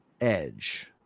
edge